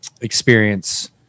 experience